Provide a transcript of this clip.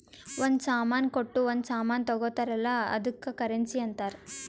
ಒಂದ್ ಸಾಮಾನ್ ಕೊಟ್ಟು ಒಂದ್ ಸಾಮಾನ್ ತಗೊತ್ತಾರ್ ಅಲ್ಲ ಅದ್ದುಕ್ ಕರೆನ್ಸಿ ಅಂತಾರ್